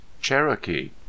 Cherokee